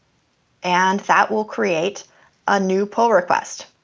and that will create a new pull request.